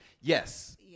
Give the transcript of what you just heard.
Yes